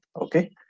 Okay